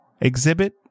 exhibit